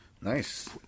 Nice